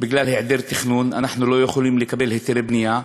בגלל היעדר תכנון אנחנו לא יכולים לקבל היתרי בנייה.